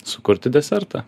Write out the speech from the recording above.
sukurti desertą